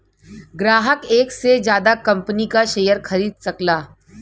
ग्राहक एक से जादा कंपनी क शेयर खरीद सकला